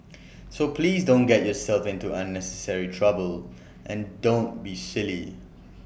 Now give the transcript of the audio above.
so please don't get yourself into unnecessary trouble and don't be silly